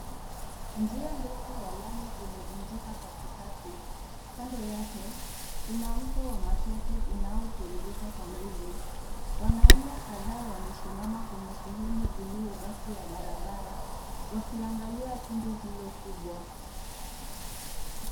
Njia ndefu ya lami imevunjika katikati. Kando yake kuna mto wa matope unaotiririka kwa nguvu. Wanaume kadhaa wamesimama kwenye sehemu iliyobaki ya barabara, wakiangalia tundu hilo kubwa.